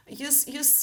jis jis